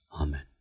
Amen